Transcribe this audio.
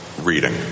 reading